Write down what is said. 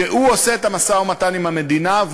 שעושה את המשא-ומתן עם המדינה,